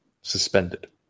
Suspended